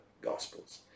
gospels